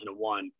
2001